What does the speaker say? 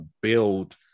build